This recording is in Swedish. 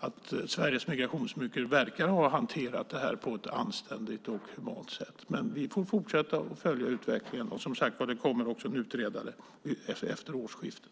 att Sveriges migrationsmyndigheter verkar ha hanterat det här på ett anständigt och humant sätt. Men vi får fortsätta att följa utvecklingen, och det kommer, som sagt var, en utredning efter årsskiftet.